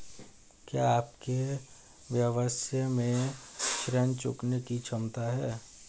क्या आपके व्यवसाय में ऋण चुकाने की क्षमता है?